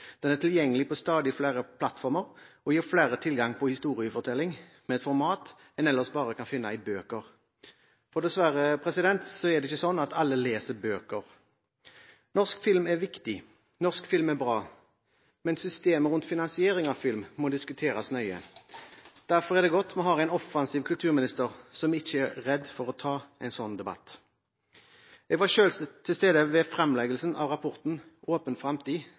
Den er tilgjengelig på stadig flere plattformer og gir flere tilgang på historiefortelling med et format en ellers bare kan finne i bøker, for dessverre er det ikke sånn at alle leser bøker. Norsk film er viktig, norsk film er bra, men systemet rundt finansieringen av film må diskuteres nøye. Derfor er det godt at vi har en offensiv kulturminister som ikke er redd for å ta en sånn debatt. Jeg var selv til stede ved fremleggelsen av rapporten Åpen framtid, som tok for seg tilstanden i